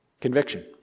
Conviction